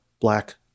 black